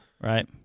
right